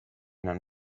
nad